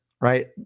Right